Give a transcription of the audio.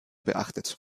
beachtet